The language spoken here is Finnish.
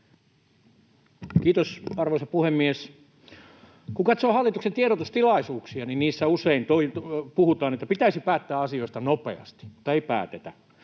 Kiitos, arvoisa puhemies! Kun katsoo hallituksen tiedotustilaisuuksia, niin niissä usein puhutaan, että pitäisi päättää asioista nopeasti — mutta ei päätetä.